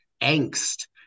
angst